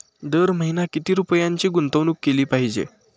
दर महिना किती रुपयांची गुंतवणूक केली पाहिजे?